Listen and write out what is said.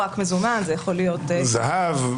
זהב.